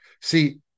See